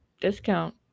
discount